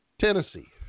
Tennessee